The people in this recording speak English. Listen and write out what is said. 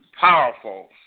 powerful